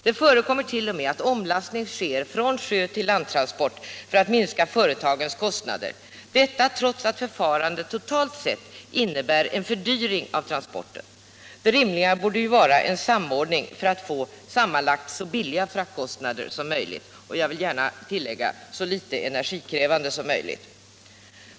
Det förekommer t.o.m. att omlastning sker från sjötill landtransport för att minska företagens kostnader, detta trots att förfarandet totalt sett innebär en fördyring av transporten. Det rimliga borde vara en samordning för att sammanlagt få så låga fraktkostnader som möjligt och — vill jag tillägga — så litet energikrävande frakter som möjligt.